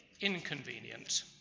inconvenient